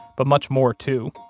but much more too.